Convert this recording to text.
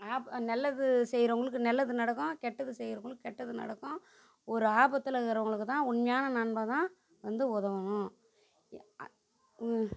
நல்லது செய்கிறவங்களுக்கு நல்லது நடக்கும் கெட்டது செய்கிறவங்களுக்கு கெட்டது நடக்கும் ஒரு ஆபத்தில் இருக்கிறவங்களுக்கு தான் உண்மையான நண்பன் தான் வந்து உதவணும்